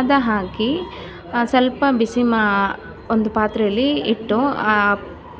ಅದು ಹಾಕಿ ಸ್ವಲ್ಪ ಬಿಸಿ ಮಾ ಒಂದು ಪಾತ್ರೆಯಲ್ಲಿ ಇಟ್ಟು ಆ